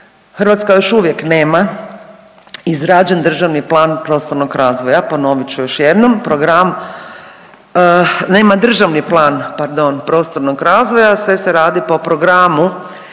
Hrvatska još uvijek nema izrađen državni plan prostornog razvoja, ponovit ću još jednom. Program, nema državni plan, pardon, prostornog razvoja, sve se radi po programu